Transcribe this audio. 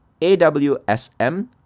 AWSM